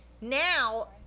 Now